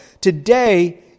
Today